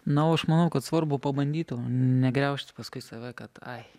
na o aš manau kad svarbu pabandyti o negriaužti paskui save kad ai